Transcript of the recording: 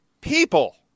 people